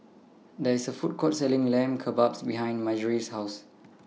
There IS A Food Court Selling Lamb Kebabs behind Marjorie's House